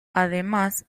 además